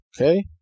okay